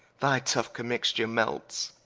thy tough commixtures melts,